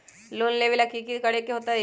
Loan लेबे ला की कि करे के होतई?